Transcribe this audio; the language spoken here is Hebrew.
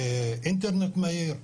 אינטרנט מהיר,